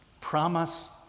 Promise